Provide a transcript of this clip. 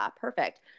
perfect